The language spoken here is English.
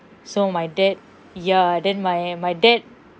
so my dad ya then my my dad